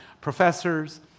professors